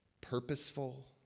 purposeful